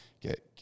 get